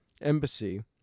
embassy